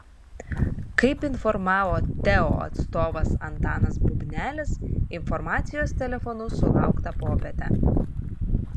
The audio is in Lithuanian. kaip informavo teo atstovas antanas bubnelis informacijos telefonu sulaukta popietę